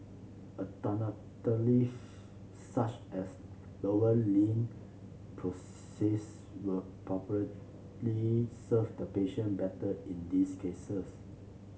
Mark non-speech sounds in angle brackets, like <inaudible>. <unintelligible> such as lower limb prosthesis will probably serve the patient better in these cases